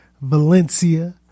Valencia